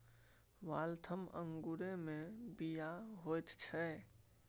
Waltham अंगूरमे बीया होइत छै